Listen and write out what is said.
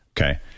okay